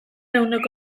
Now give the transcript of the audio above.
ehuneko